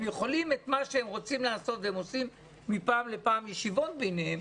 הם יכולים את מה שהם יכולים לעשות והם עושים מפעם לפעם ישיבות ביניהם,